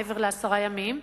שמעבר לעשרה ימים,